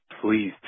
Please